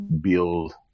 build